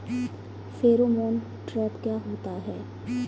Pheromone trap क्या होता है?